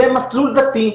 יהיה מסלול דתי,